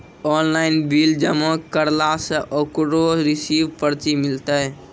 Online bill जमा करला से ओकरौ रिसीव पर्ची मिलतै?